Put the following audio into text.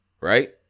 right